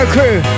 crew